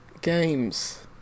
Games